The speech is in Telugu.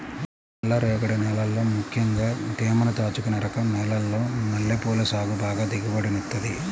నల్లరేగడి నేలల్లో ముక్కెంగా తేమని దాచుకునే రకం నేలల్లో మల్లెపూల సాగు బాగా దిగుబడినిత్తది